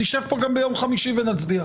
נשב פה גם ביום חמישי ונצביע.